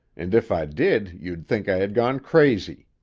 and if i did you'd think i had gone crazy.